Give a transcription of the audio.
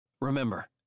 Remember